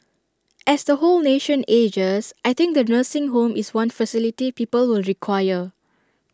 as the whole nation ages I think the nursing home is one facility people will require